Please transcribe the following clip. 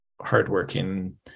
hardworking